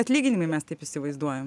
atlyginimai mes taip įsivaizduojam